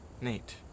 Nate